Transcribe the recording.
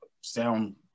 sound